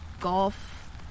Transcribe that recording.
golf